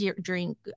drink